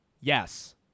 Yes